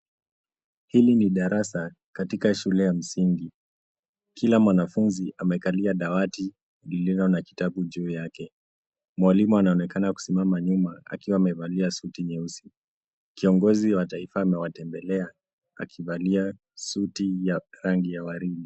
Hili ni darasa katika shule ya msingi, kila mwanafunzi amekalia dawati lililo na kitabu juu yake. Mwalimu anaonekana akisimama nyuma, akiwa amevalia suti nyeusi. Kiongozi wa taifa amewatembelea, akivalia suti ya rangi ya waridi.